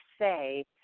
say